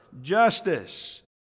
justice